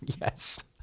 Yes